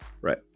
Right